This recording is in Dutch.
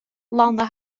landde